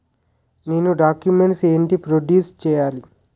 నేను డాక్యుమెంట్స్ ఏంటి ప్రొడ్యూస్ చెయ్యాలి?